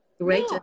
great